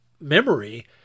memory